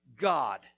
God